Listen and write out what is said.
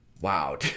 Wow